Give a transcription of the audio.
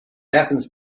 happens